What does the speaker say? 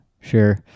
Sure